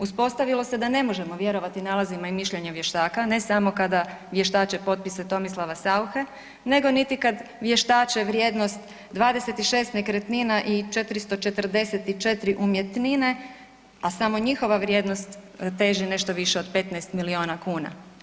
Uspostavilo se da ne možemo vjerovati nalazima i mišljenjima vještaka ne samo kada vještače potpise Tomislava Sauche, nego niti kad vještače vrijednost 26 nekretnina i 444 umjetnine, a samo njihova vrijednost teži nešto više od 15 milijuna kuna.